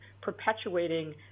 perpetuating